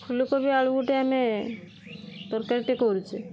ଫୁଲକୋବି ଆଳୁ ଗୋଟେ ଆମେ ତାରକାରୀଟେ କରୁଛେ